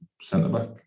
centre-back